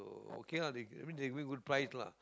okay lah they I mean they give me good price lah